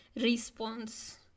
response